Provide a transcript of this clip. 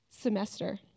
semester